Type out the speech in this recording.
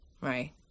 Right